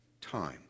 time